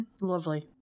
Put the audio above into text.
Lovely